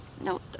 No